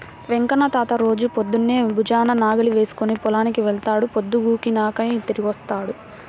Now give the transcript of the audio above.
వెంకన్న తాత రోజూ పొద్దన్నే భుజాన నాగలి వేసుకుని పొలానికి వెళ్తాడు, పొద్దుగూకినాకే తిరిగొత్తాడు